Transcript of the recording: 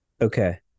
Okay